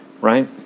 right